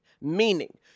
Meaning